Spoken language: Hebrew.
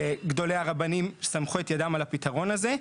וגדולי הרבנים סמכו את ידם על הפתרון הזה,